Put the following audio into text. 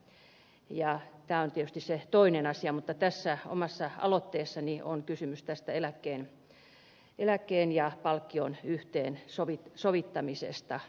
tämä on tietysti se toinen asia mutta tässä omassa aloitteessani on kysymys tästä eläkkeen ja palkkion yhteensovittamisesta kaiken kaikkiaan